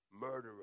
Murderer